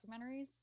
documentaries